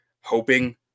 hoping